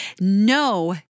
No